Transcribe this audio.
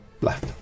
left